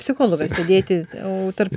psichologas sėdėti o tarp